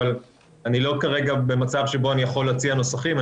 אבל כרגע אני לא במצב שבו אני יכול להציע נוסחים.